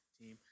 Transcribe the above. team